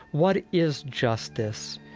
what is justice?